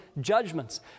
judgments